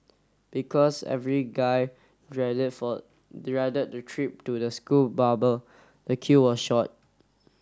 because every guy dreaded for dreaded the trip to the school barber the queue was short